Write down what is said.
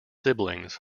siblings